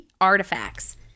artifacts